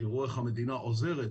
תראו איך המדינה עוזרת